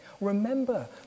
remember